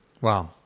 Wow